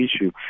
issue